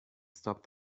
stop